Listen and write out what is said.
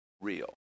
real